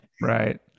right